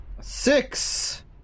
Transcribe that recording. Six